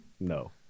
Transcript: No